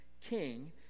king